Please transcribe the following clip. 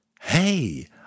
Hey